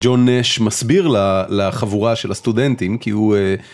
ג'ון נש מסביר לחבורה של הסטודנטים כי הוא...